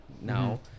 now